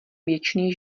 věčný